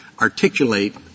articulate